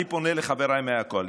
אני פונה לחבריי מהקואליציה: